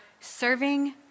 serving